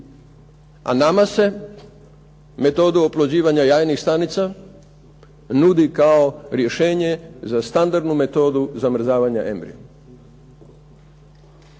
a nama se metodu oplođivanja jajnih stanica nudi kao rješenje za standardnu metodu zamrzavanja embrija.